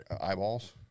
Eyeballs